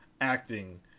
acting